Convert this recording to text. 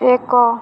ଏକ